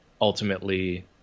Ultimately